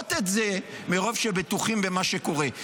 להראות את זה מרוב שבטוחים במה שקורה.